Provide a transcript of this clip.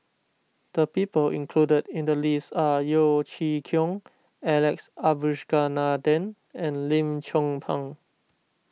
the people included in the list are Yeo Chee Kiong Alex Abisheganaden and Lim Chong Pang